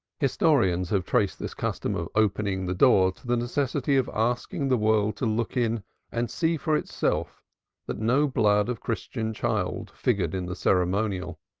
historians have traced this custom of opening the door to the necessity of asking the world to look in and see for itself that no blood of christian child figured in the ceremonial